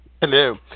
Hello